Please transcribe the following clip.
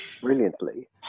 brilliantly